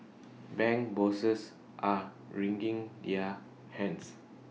bank bosses are wringing their hands